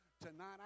Tonight